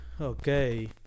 Okay